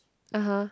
(uh huh)